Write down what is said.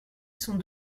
sont